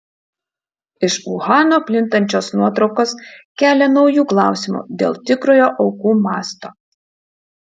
iš uhano plintančios nuotraukos kelia naujų klausimų dėl tikrojo aukų masto